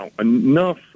enough